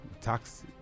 tax